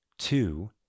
Two